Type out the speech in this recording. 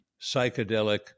psychedelic